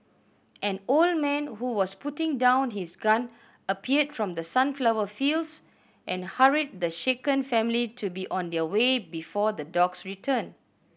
an old man who was putting down his gun appeared from the sunflower fields and hurried the shaken family to be on their way before the dogs return